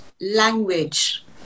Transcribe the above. language